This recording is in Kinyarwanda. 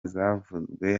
zavuzwe